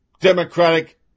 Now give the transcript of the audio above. Democratic